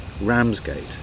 ramsgate